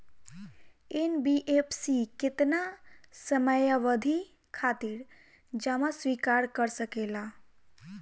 NBFC केतना समयावधि खातिर जमा स्वीकार कर सकला?